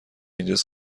اینجاس